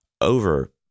over